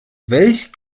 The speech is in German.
welch